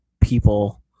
people